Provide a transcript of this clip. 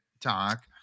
talk